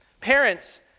Parents